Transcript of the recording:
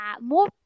more